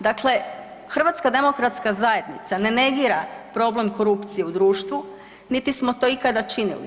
Dakle, HDZ ne negira problem korupcije u društvu, niti smo to ikada činili.